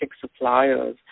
suppliers